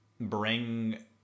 bring